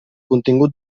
contingut